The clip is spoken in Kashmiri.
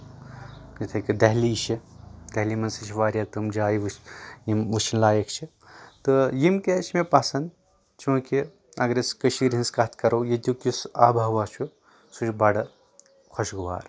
یِتھٕے کٲٹھۍ دہلی چھِ دہلی منٛز تہِ چھِ واریاہ تٕمۍ جایہِ وُچھ یِم وچھٕنۍ لایقھ چھِ تہٕ یِم کیازِ چھِ مےٚ پسنٛد چونٛکہِ اَگر أسۍ کٔشیٖر ہٕنٛز کَتھ کَرو ییٚتیُک یُس آبہٕ ہوا چھُ سُہ چھُ بڑٕ خۄشگُوار